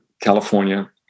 California